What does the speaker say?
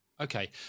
Okay